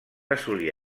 assolir